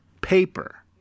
Paper